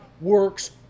works